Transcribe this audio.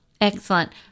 Excellent